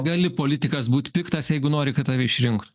gali politikas būti piktas jeigu nori kad tave išrinktų